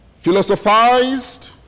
philosophized